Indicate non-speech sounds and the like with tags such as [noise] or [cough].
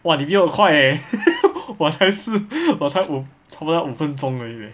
!wah! 你比我快 eh [laughs] 我才四 [breath] 我才五不到五分钟而已 leh